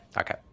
Okay